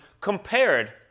compared